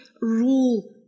rule